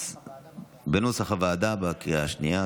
על נוסח הוועדה, בקריאה השנייה.